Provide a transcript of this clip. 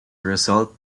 result